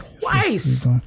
Twice